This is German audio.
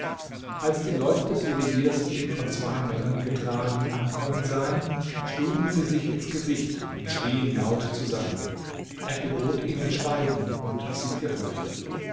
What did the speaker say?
als die leute des juweliers ihn von zwei männern getragen ankommen sahen schlugen sie sich ins gesicht und schrieen laut zusammen er gebot ihnen schweigen und sie gehorchten